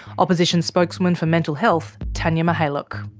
opposition spokeswoman for mental health, tania mihailuk.